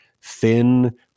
thin